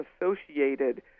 associated